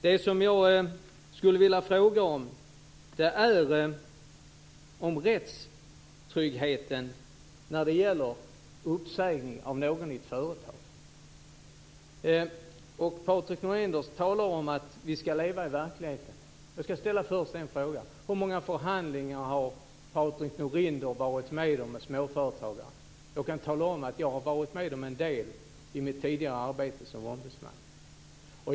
Det jag skulle vilja fråga om är rättstryggheten när det gäller uppsägning av någon i ett företag. Patrik Norinder talar om att vi ska leva i verkligheten. Jag ska först ställa en fråga: Hur många förhandlingar med småföretagare har Patrik Norinder varit med om? Jag kan tala om att jag har varit med om en del i mitt tidigare arbete som ombudsman.